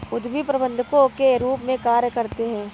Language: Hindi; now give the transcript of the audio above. उद्यमी प्रबंधकों के रूप में कार्य करते हैं